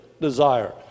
desire